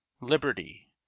Liberty